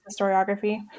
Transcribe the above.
historiography